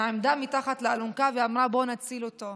נעמדה מתחת לאלונקה ואמרה: בואו נציל אותו.